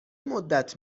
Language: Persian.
مدت